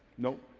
no.